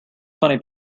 funny